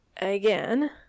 again